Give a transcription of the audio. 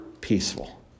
peaceful